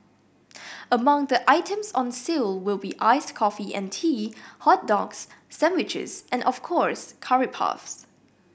among the items on sale will be iced coffee and tea hot dogs sandwiches and of course curry puffs